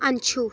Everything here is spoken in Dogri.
अंशू